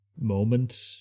moment